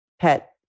pet